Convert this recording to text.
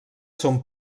són